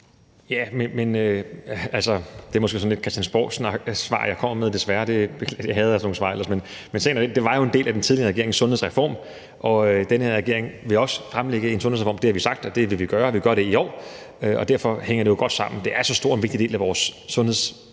Det bliver måske sådan et christiansborgsvar, som jeg desværre kommer med, og jeg hader ellers sådan nogle svar, men sagen er jo den, at det var en del af den tidligere regerings sundhedsreform. Den her regering vil også fremlægge en sundhedsreform. Det har vi sagt, det vil vi gøre, og det vil vi gøre i år. Derfor hænger det jo godt sammen. Det er en så stor og vigtig del af vores sundhedssektor